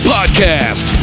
Podcast